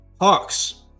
Hawks